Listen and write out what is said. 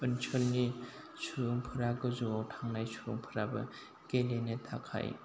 ओनसोलनि सुबुंफ्रा गोजौआव थांनाय सुबुंफ्राबो गेलेनो थाखाय